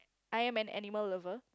I am an animal lover